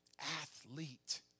athlete